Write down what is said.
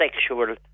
sexual